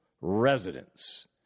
residents